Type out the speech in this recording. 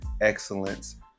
excellence